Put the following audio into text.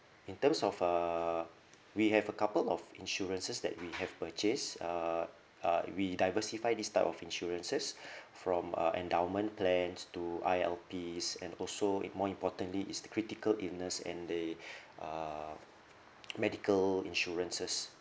in terms of uh we have a couple of insurances that we have purchase uh uh we diversify this type of insurances from uh endowment plans to I_L_Ps and also in more importantly is the critical illness and the uh medical insurances